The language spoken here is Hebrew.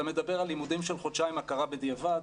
אתה מדב על לימודים של חודשיים הכרה בדיעבד.